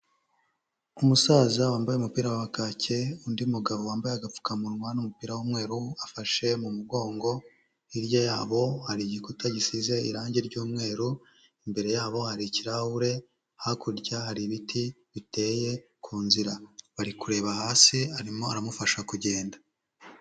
Umusaza wambaye umupira wa kake undi mugabo wambaye agapfukamunwa n'umupira w'umweru afashe mu mugongo, hirya yabo hari igikuta gisize irange ry'umweru, imbere yabo hari ikirahure, hakurya hari ibiti biteye ku nzira, bari kureba hasi arimo aramufasha kugenda.